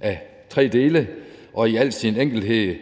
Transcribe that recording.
af tre dele. I al sin enkelhed